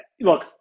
Look